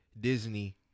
disney